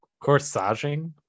corsaging